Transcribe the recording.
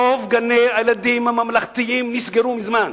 רוב גני-הילדים הממלכתיים נסגרו מזמן.